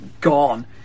gone